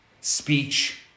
speech